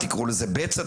תקראו לזה בצע,